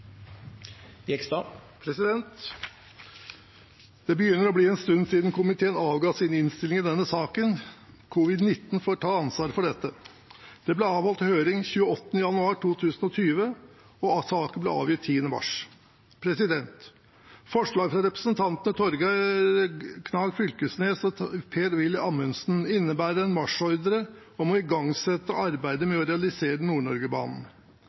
Det begynner å bli en stund siden komiteen avga sin innstilling i denne saken. Covid-19 får ta ansvaret for dette. Det ble avholdt høring 28. januar 2020, og saken ble avgitt 10. mars. Forslaget fra representantene Torgeir Knag Fylkesnes og Per-Willy Amundsen innebærer en marsjordre om å igangsette arbeidet med å realisere